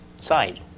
side